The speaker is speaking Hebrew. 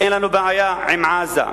אין לנו בעיה עם עזה.